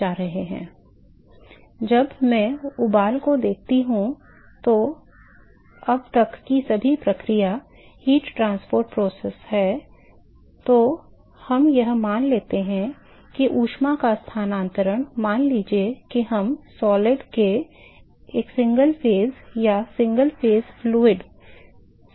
जब मैं उबाल को देखता हूं तो अब तक की सभी प्रक्रिया ऊष्मा परिवहन प्रक्रिया है तो हम यह मान लेते हैं कि ऊष्मा का स्थानांतरण मान लीजिए कि हम ठोस से एकल चरण या एकल चरण द्रव से ठोस में होते हैं